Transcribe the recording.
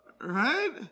Right